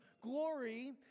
glory